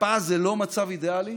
הקפאה זה לא מצב אידיאלי,